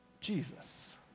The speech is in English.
Jesus